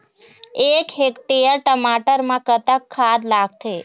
एक हेक्टेयर टमाटर म कतक खाद लागथे?